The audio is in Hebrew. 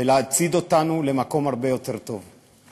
ולהצעיד אותנו למקום הרבה יותר טוב.